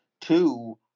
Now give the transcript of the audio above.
Two